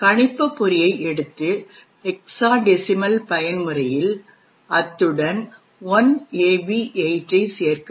கணிப்பபொறியை எடுத்து ஹெக்ஸாடெசிமல் பயன்முறையில் அத்துடன் 1AB8 ஐ சேர்க்கவும்